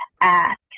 ask